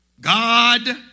God